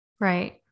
Right